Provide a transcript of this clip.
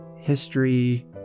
history